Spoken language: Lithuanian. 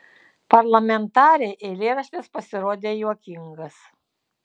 parlamentarei eilėraštis pasirodė juokingas